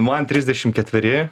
man trisdešim ketveri